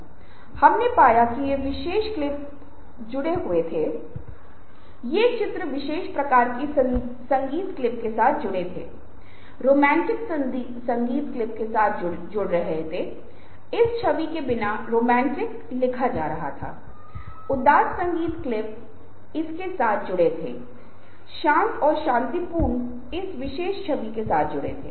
तो लोगों का कहना है कि जब आप सांस की तकलीफ का अनुकरण कर रहे हैं तो यह एक युवा के साथ और अधिक कलात्मक लग सकता है महिलाओं के साथ यह स्त्रैण और सुंदर लग सकता है अब लेकिन बात यह है कि आप देखते हैं कि आप केवल सांस फूलने की बात नहीं कर रहे हैं